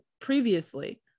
previously